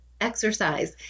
exercise